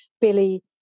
Billy